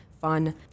fun